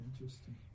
Interesting